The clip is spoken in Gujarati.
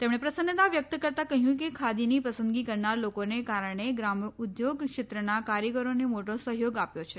તેમણે પ્રસન્નતા વ્યક્ત કરતાં કહ્યું કે ખાદીની પસંદગી કરનાર લોકોને કારણે ગ્રામઉદ્યોગ ક્ષેત્રના કારીગરોને મોટો સહ્યોગ આપ્યો છે